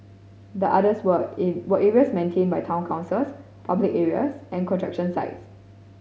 the others were in were areas maintained by town councils public areas and construction sites